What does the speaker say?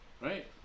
Right